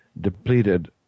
depleted